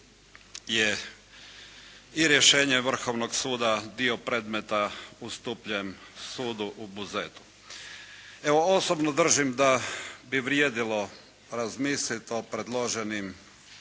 je i rješenje vrhovnog suda dio predmet ustupljen sudu u Buzetu. Evo osobno držim da bi vrijedilo razmisliti o predloženoj